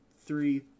three